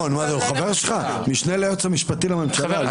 תודה רבה,